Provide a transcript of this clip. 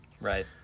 Right